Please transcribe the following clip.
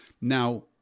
Now